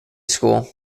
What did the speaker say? school